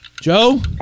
Joe